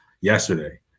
yesterday